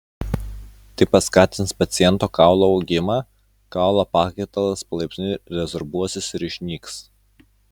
tai paskatins paciento kaulo augimą kaulo pakaitalas palaipsniui rezorbuosis ir išnyks